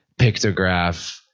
pictograph